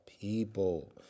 people